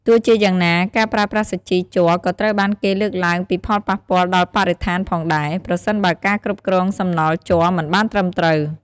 ទោះជាយ៉ាងណា ការប្រើប្រាស់សាជីជ័រក៏ត្រូវបានគេលើកឡើងពីផលប៉ះពាល់ដល់បរិស្ថានផងដែរ ប្រសិនបើការគ្រប់គ្រងសំណល់ជ័រមិនបានត្រឹមត្រូវ។